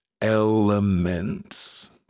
elements